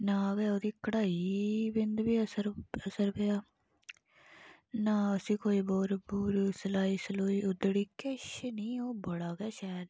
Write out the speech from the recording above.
ना गै ओह्दी कढाई ई बिंद बी असर असर पेआ ना उस्सी कोई बोर पूरी सलाई सलुई उद्धड़ी किश निं ओह् बड़ा गै शैल